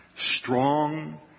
strong